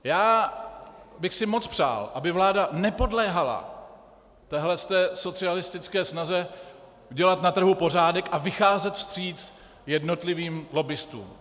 Moc bych si přál, aby vláda nepodléhala téhle socialistické snaze udělat na trhu pořádek a vycházet vstříc jednotlivým lobbistům.